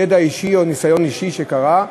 ידע אישי או ניסיון אישי שקרה,